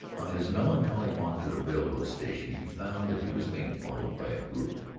on his melancholy walk to the railroad station he found that he was being followed by a group,